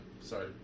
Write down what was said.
sorry